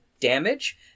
damage